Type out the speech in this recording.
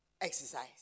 exercise